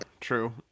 true